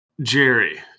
Jerry